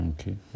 Okay